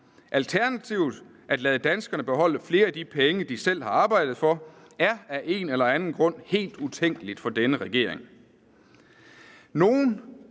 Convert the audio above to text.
Alternativet – at lade danskerne beholde flere af de penge, de selv har arbejdet for – er af en eller anden grund helt utænkeligt for denne regering.